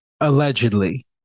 Allegedly